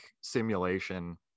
simulation